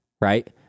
right